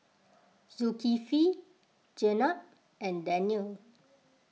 Zulkifli Jenab and Danial